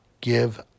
give